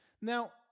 Now